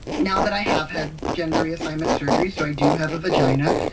now that i have had gender reassignment surgery so i do have a vagina,